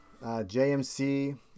JMC